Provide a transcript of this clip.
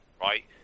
right